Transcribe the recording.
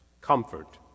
comfort